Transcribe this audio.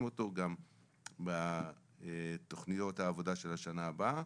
אותו גם בתוכניות העבודה של השנה הבאה.